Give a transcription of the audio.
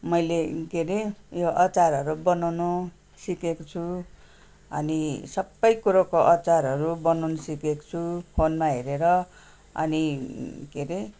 मैले के अरे यो अचारहरू बनाउनु सिकेको छु अनि सबै कुरोको अचारहरू बनाउनु सिकेको छु फोनमा हेरेर अनि के अरे